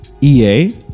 EA